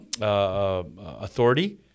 authority